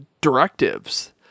directives